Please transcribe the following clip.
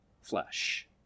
flesh